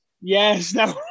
Yes